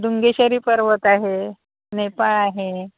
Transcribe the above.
डुंगेश्वरी पर्वत आहे नेपाळ आहे